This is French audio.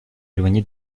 éloigné